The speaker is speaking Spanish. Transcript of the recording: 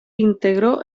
integró